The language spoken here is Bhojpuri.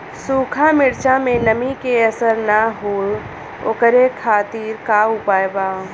सूखा मिर्चा में नमी के असर न हो ओकरे खातीर का उपाय बा?